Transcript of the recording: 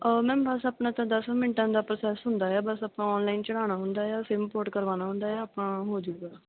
ma'am ਬਸ ਆਪਣਾ ਤਾਂ ਦਸ ਮਿੰਟਾਂ ਦਾ ਪ੍ਰੋਸੈਸ ਹੁੰਦਾ ਆ ਬਸ ਆਪਾਂ ਔਨਲਾਈਨ ਚੜ੍ਹਾਉਣਾ ਹੁੰਦਾ ਆ ਸਿਮ ਪੋਰਟ ਕਰਵਾਉਣਾ ਹੁੰਦਾ ਆ ਆਪਣਾ ਹੋਜੂਗਾ